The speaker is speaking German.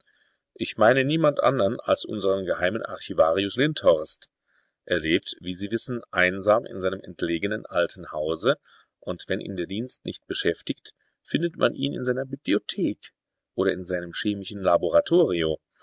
ich meine niemand andern als unsern geheimen archivarius lindhorst er lebt wie sie wissen einsam in seinem entlegenen alten hause und wenn ihn der dienst nicht beschäftigt findet man ihn in seiner bibliothek oder in seinem chemischen laboratorio